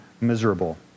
miserable